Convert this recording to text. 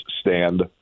stand